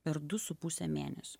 per du su puse mėnesio